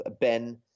ben